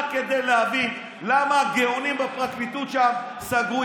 רק כדי להבין למה הגאונים בפרקליטות שם סגרו?